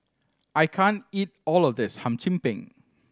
I can't eat all of this Hum Chim Peng